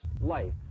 life